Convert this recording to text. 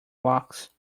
blocks